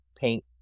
paint